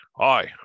Aye